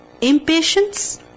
Impatience